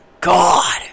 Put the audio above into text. God